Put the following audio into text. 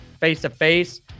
face-to-face